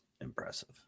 impressive